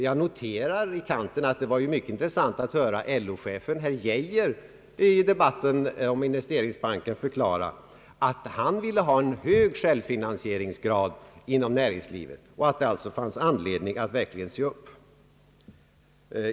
Jag noterar i kanten, att det ju var mycket intressant att höra LO-chefen herr Geijer i debatten om investeringsbanken förklara, att han ville ha en hög självfinansieringsgrad inom näringslivet och att det alltså här fanns anledning att verkligen se upp.